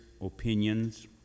opinions